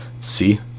see